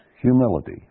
humility